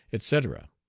etc.